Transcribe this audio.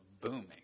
booming